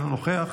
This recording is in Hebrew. אינו נוכח,